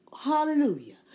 hallelujah